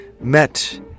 met